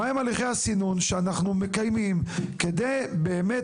מהם הליכי הסינון שאנחנו מקיימים כדי באמת